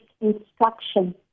instruction